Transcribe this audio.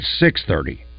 6.30